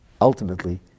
Ultimately